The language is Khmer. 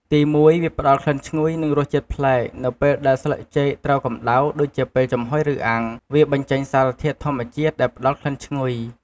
ទីមួយ វាផ្តល់ក្លិនឈ្ងុយ និងរសជាតិប្លែក នៅពេលដែលស្លឹកចេកត្រូវកម្តៅដូចជាពេលចំហុយឬអាំង វាបញ្ចេញសារធាតុធម្មជាតិដែលផ្តល់ក្លិនឈ្ងុយ។